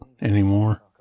anymore